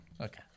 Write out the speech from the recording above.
Okay